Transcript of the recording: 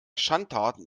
schandtaten